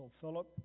Philip